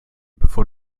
bevor